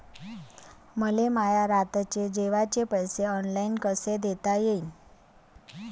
मले माया रातचे जेवाचे पैसे ऑनलाईन कसे देता येईन?